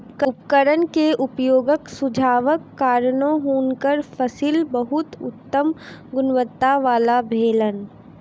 उपकरण के उपयोगक सुझावक कारणेँ हुनकर फसिल बहुत उत्तम गुणवत्ता वला भेलैन